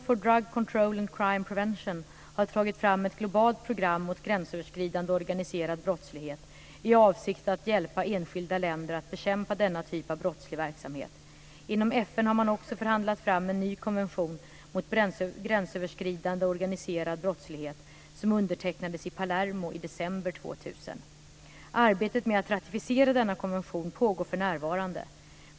Prevention har tagit fram ett globalt program mot gränsöverskridande organiserad brottslighet i avsikt att hjälpa enskilda länder att bekämpa denna typ av brottslig verksamhet. Inom FN har man också förhandlat fram en ny konvention mot gränsöverskridande organiserad brottslighet, som undertecknades i Palermo i december 2000. Arbetet med att ratificera denna konvention pågår för närvarande.